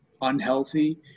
unhealthy